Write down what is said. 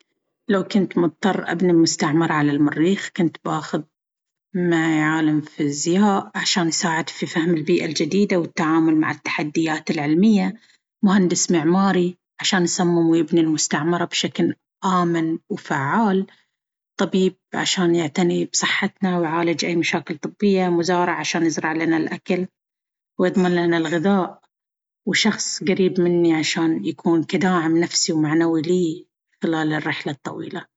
لو كنت مضطر أبني مستعمرة على المريخ، كنت بأخذ معي عالم فيزياء عشان يساعد في فهم البيئة الجديدة والتعامل مع التحديات العلمية، مهندس معماري عشان يصمم ويبني المستعمرة بشكل آمن وفعال، طبيب عشان يعتني بصحتنا ويعالج أي مشاكل طبية، مزارع عشان يزرع لنا الأكل ويضمن لنا الغذاء، وشخص قريب مني عشان يكون كداعم نفسي ومعنوي لي خلال الرحلة الطويلة.